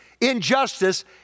injustice